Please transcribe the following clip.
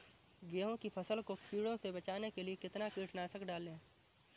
गेहूँ की फसल को कीड़ों से बचाने के लिए कितना कीटनाशक डालें?